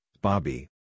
Bobby